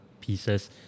pieces